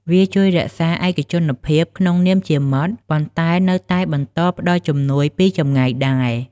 វាជួយរក្សាឯកជនភាពក្នុងនាមជាមិត្ត ប៉ុន្តែក៏នៅតែបន្តផ្តល់ជំនួយពីចម្ងាយដែរ។